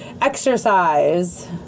exercise